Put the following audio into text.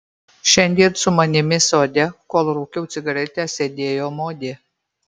šiandien su manimi sode kol rūkiau cigaretę sėdėjo modė